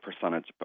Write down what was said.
percentage